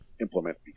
implement